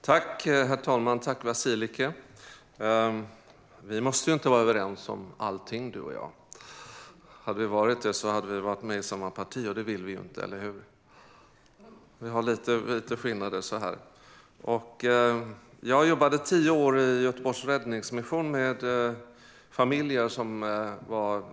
Herr talman! Tack, Vasiliki! Vi måste ju inte vara överens om allting, du och jag. Hade vi varit det hade vi varit med i samma parti. Det vill vi ju inte, eller hur? Vi har lite skillnader. Jag jobbade tio år i Göteborgs Räddningsmission med familjer.